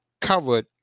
covered